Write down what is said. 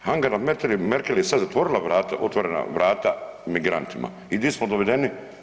Angela Merkel je sad zatvorila otvorena vrata migrantima i di smo dovedeni?